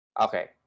okay